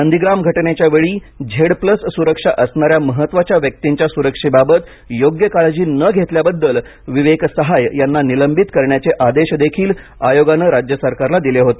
नंदीप्राम घटनेच्या वेळी Z plus सुरक्षा असणाऱ्या महत्त्वाच्या व्यक्तींच्या सुरक्षेबाबत योग्य काळजी न घेतल्याबद्दल विवेक सहाय यांना निलंबित करण्याचे आदेशही आयोगानं राज्य सरकारला दिले होते